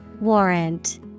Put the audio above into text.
warrant